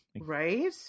Right